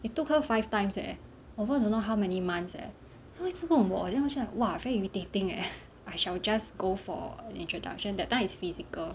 it took her five times leh over don't know how many months eh 他一直问我 then 我就 like !wah! very irritating leh I shall just go for introduction that time is physical